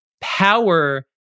power